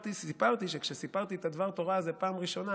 סיפרתי שכשסיפרתי את דבר התורה הזה בפעם הראשונה,